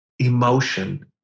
emotion